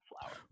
flower